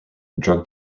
drug